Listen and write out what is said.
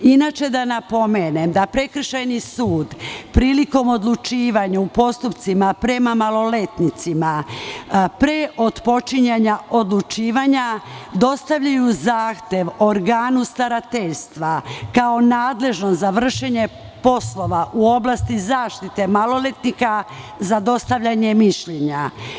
Inače, da napomenem da prekršajni sud, prilikom odlučivanja u postupcima prema maloletnicima, pre otpočinjanja odlučivanja dostavlja zahtev organu starateljstva, kao nadležnom za vršenje poslova u oblasti zaštite maloletnika za dostavljanje mišljenja.